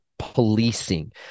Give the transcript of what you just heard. Policing